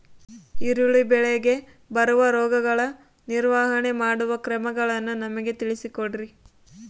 ಈರುಳ್ಳಿ ಬೆಳೆಗೆ ಬರುವ ರೋಗಗಳ ನಿರ್ವಹಣೆ ಮಾಡುವ ಕ್ರಮಗಳನ್ನು ನಮಗೆ ತಿಳಿಸಿ ಕೊಡ್ರಿ?